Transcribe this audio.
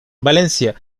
valencia